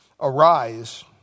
arise